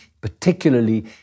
particularly